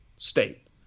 state